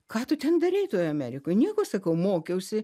ką tu ten darei toj amerikoj nieko sakau mokiausi